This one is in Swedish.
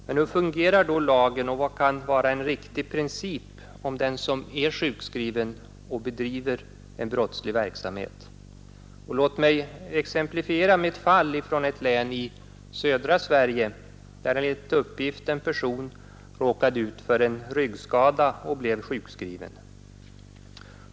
Men hur fungerar lagen, och vad kan vara en riktig princip, om den som är sjukskriven bedriver brottslig verksamhet? Låt mig exemplifiera med ett fall från ett län i södra Sverige, där enligt uppgift en person råkade ut för ryggskada och blev sjukskriven.